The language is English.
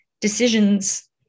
decisions